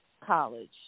college